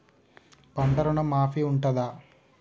పంట ఋణం మాఫీ ఉంటదా?